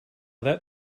that